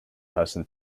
person